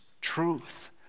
truth